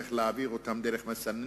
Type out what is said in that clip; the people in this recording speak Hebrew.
צריך להעביר את המים דרך מסננים.